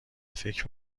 فکر